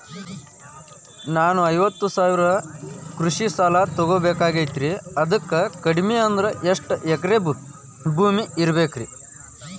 ನಾನು ಐವತ್ತು ಸಾವಿರ ಕೃಷಿ ಸಾಲಾ ತೊಗೋಬೇಕಾಗೈತ್ರಿ ಅದಕ್ ಕಡಿಮಿ ಅಂದ್ರ ಎಷ್ಟ ಎಕರೆ ಭೂಮಿ ಇರಬೇಕ್ರಿ?